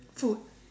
food